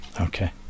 Okay